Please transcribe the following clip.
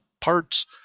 parts